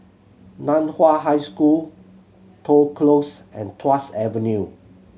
Nan Hua High School Toh Close and Tuas Avenue